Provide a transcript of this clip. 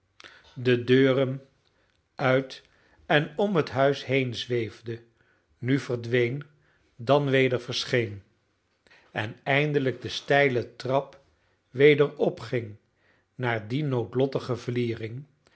ronddwaalde de deuren uit en om het huis heenzweefde nu verdween dan weder verscheen en eindelijk de steile trap weder opging naar die noodlottige vliering